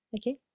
Okay